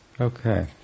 okay